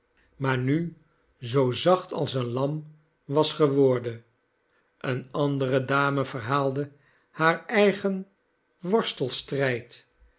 maar nu zoo zacht als een lam was geworden eene andere dame verhaalde haar eigen